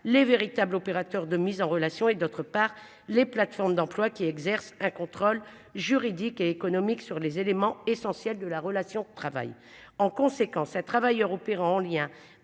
les véritables opérateur de mise en relation, et d'autre part les plateformes d'emploi qui exercent un contrôle juridique et économique sur les éléments essentiels de la relation au travail en conséquence travailleurs opérant en lien